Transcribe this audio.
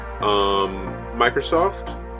Microsoft